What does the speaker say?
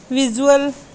visual